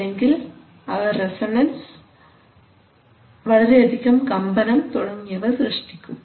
അല്ലെങ്കിൽ അവ റസൊണൻസ് വളരെയധികം കമ്പനം തുടങ്ങിയവ സൃഷ്ടിക്കും